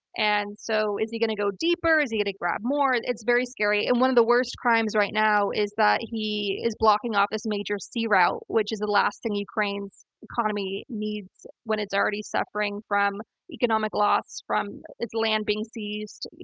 and so, is he going to go deeper? is he going to grab more? it's very scary, and one of the worst crimes right now is that he is blocking off this major sea route, which is the last thing ukraine's economy needs when it's already suffering from economic loss from its land being seized,